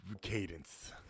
cadence